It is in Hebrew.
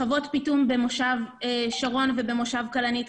חוות פיטום במושב שרון ובמושב כלנית,